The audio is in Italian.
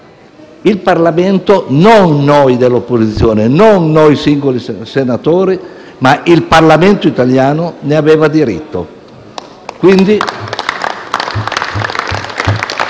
i colloqui); non noi dell'opposizione, non noi singoli senatori ma il Parlamento italiano ne aveva diritto.